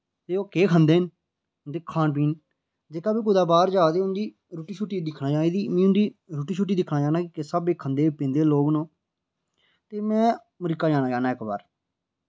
ते ओह् केह् खंदे न उं'दे खान पीन जेह्का बी कुतै बाह्र जा दे उं'दी रुट्टी शूट्टी दिक्खना चाह्न्ना इंदी कि उं'दी रुट्टी शूट्टी दिक्खना चाह्न्ना किस स्हाबै दी खंदे पींदे लोक न ओह् ते में अमरीका जाना चाह्न्ना इक बार